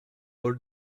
bol